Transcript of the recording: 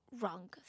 wrong